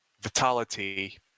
Vitality